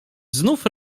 znów